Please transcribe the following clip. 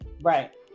Right